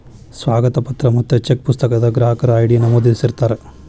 ಸ್ವಾಗತ ಪತ್ರ ಮತ್ತ ಚೆಕ್ ಪುಸ್ತಕದಾಗ ಗ್ರಾಹಕರ ಐ.ಡಿ ನಮೂದಿಸಿರ್ತಾರ